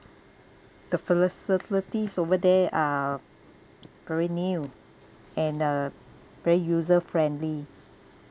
the facilities over there are very new and uh very user friendly